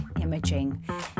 imaging